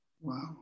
Wow